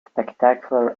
spectacular